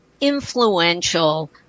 influential